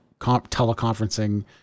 teleconferencing